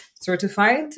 certified